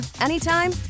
anytime